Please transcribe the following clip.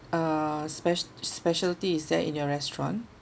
uh spec~ specialty is that in your restaurant